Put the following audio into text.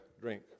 drink